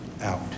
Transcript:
out